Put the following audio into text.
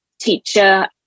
teacher